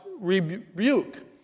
rebuke